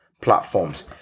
platforms